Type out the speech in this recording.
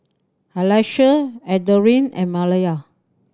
Alyssia Adrienne and Mallie